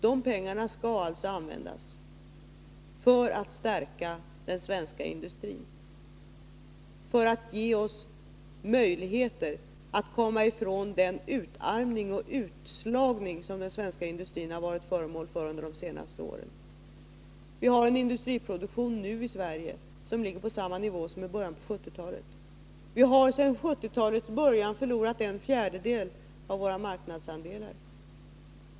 De pengarna skall användas för att stärka den svenska industrin och för att ge oss möjligheter att komma ifrån den utarmning och utslagning som den svenska industrin har varit föremål för under de senaste åren. Vi har nu en industriproduktion i Sverige som ligger på samma nivå som i början på 1970-talet. Vi har sedan 1970-talets början förlorat en fjärdedel av våra marknadsandelar.